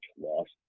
lost